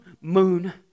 moon